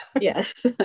Yes